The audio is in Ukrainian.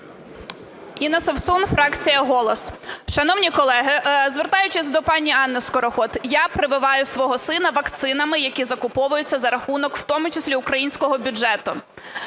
Інна Совсун, фракція "Голос". Шановні колеги, звертаючись до пані Анни Скороход, я прививаю свого сина вакцинами, які закуповуються за рахунок в тому числі українського бюджету